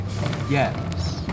yes